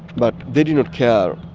but they do not care